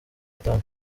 bitanu